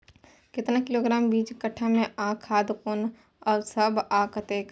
केतना किलोग्राम बीज कट्ठा मे आ खाद कोन सब आ कतेक?